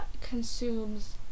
consumes